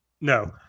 No